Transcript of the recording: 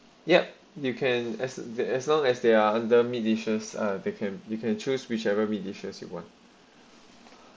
yup you can as the as long as there are under musicians or they can you can choose whichever meat dishes you want